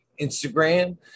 Instagram